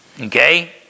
Okay